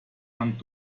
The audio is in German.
hand